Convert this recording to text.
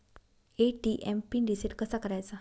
ATM PIN reset कसा करायचा?